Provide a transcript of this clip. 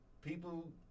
People